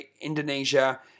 Indonesia